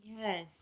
Yes